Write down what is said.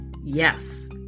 Yes